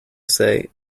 say